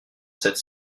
cette